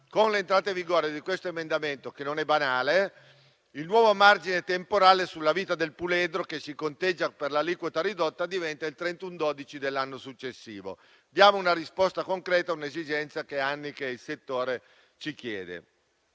con l'entrata in vigore di questo emendamento - che non è banale - il nuovo margine temporale sulla vita del puledro, che si conteggia per l'aliquota ridotta, diventa il 31 dicembre dell'anno successivo. Diamo una risposta concreta a un'esigenza che da anni il settore ci chiede.